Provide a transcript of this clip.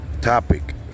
topic